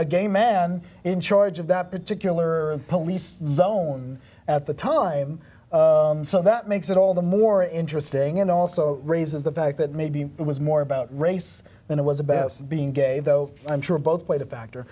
a gay man in charge of that particular police zone at the time so that makes it all the more interesting and also raises the fact that maybe it was more about race than it was a bass being gay though i'm sure both played a factor